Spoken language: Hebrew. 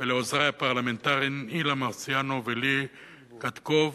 ולעוזרים הפרלמנטריים אילן מרסיאנו ולי קטקוב,